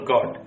God